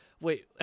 wait